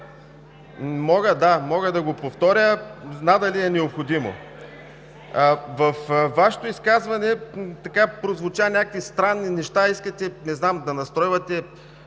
мога да го повторя! Надали е необходимо. Във Вашето изказване прозвучаха някакви странни неща. Искате, не знам, да настройвате